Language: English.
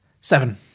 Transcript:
Seven